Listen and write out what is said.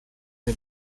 wir